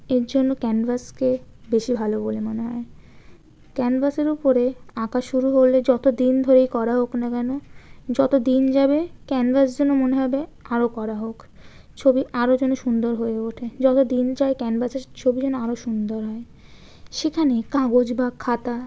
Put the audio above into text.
এর জন্য ক্যানভাসকে বেশি ভালো বলে মনে হয় ক্যানভাসের উপরে আঁকা শুরু হলে যত দিন ধরেই করা হোক না কেন যত দিন যাবে ক্যানভাস যেন মনে হবে আরও করা হোক ছবি আরও যেন সুন্দর হয়ে ওঠে যত দিন যায় ক্যানভাসের ছবি যেন আরও সুন্দর হয় সেখানে কাগজ বা খাতা